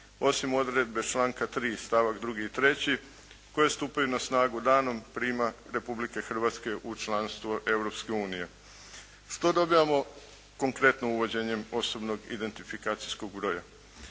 Osim odredbe članka 3. stavak 2. i 3. koje stupaju na snagu danom prijema Republike Hrvatske u članstvo Europske unije. Što dobivamo konkretno uvođenjem osobnog identifikacijskog broja?